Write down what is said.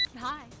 hi